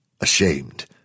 Ashamed